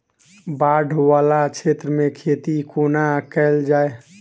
बाढ़ वला क्षेत्र मे खेती कोना कैल जाय?